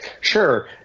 Sure